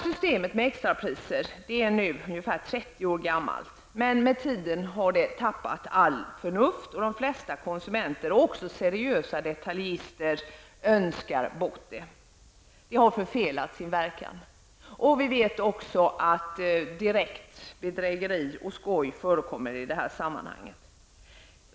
Systemet med extrapriser är nu ungefär 30 år gammalt, men med tiden har det tappat allt förnuft, och de flesta konsumenter och också seriösa detaljister önskar bort det. Det har förfelat sin verkan. Vi vet också att direkt bedrägeri och skoj förekommer i sammanhanget.